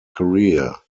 career